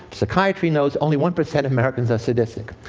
psychiatry knows, only one percent of americans are sadistic.